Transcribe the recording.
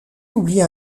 oublie